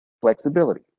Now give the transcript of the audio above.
Flexibility